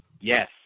Yes